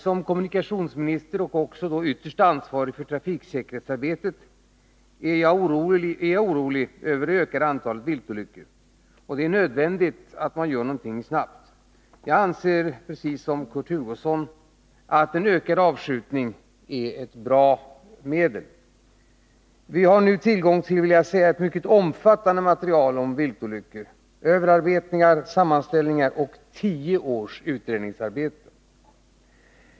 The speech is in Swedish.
Som kommunikationsminister och ytterst ansvarig för trafiksäkerhetsarbetet i landet är jag orolig över det ökande antalet viltolyckor. Det är nödvändigt med snara åtgärder. Jag anser, liksom Kurt Hugosson, att en ökad avskjutning är ett verksamt motmedel. Vi har nu tillgång till ett omfattande material om viltolyckor — överarbet 49 ningar, sammanställningar och tio års utredningsverksamhet.